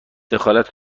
دخالت